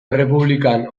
errepublikan